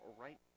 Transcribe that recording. right